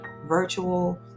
virtual